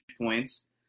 points